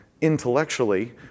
intellectually